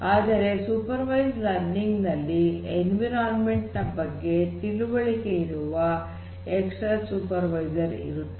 ಆದರೆ supervised learning ನಲ್ಲಿ environment ನ ಬಗ್ಗೆ ತಿಳುವಳಿಕೆ ಇರುವ ಎಕ್ಸ್ಟರ್ನಲ್ ಸೂಪರ್ವೈಸರ್ ಇರುತ್ತದೆ